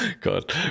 God